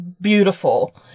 beautiful